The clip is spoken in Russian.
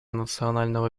национального